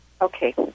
Okay